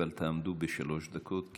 אבל תעמדו בשלוש דקות,